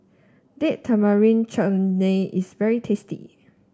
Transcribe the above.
Date Tamarind Chutney is very tasty